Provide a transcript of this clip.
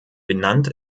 benannt